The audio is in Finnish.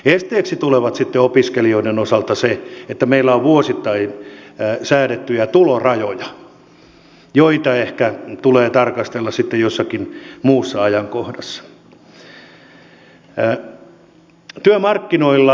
esteeksi tulee sitten opiskelijoiden osalta se että meillä on vuosittain säädettyjä tulorajoja joita ehkä tulee tarkastella sitten jossakin muussa ajankohdassa